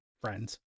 friends